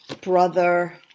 brother